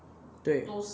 对